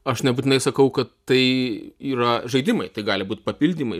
aš nebūtinai sakau kad tai yra žaidimai tai gali būt papildymai